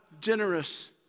generous